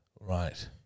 Right